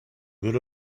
good